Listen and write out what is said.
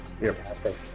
Fantastic